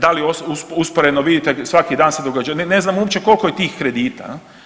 Da li usporedno vidite svaki dan se događa, ne znamo uopće koliko je tih kredita.